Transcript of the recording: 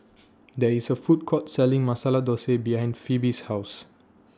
There IS A Food Court Selling Masala Dosa behind Phoebe's House